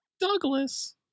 douglas